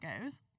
goes